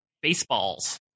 baseballs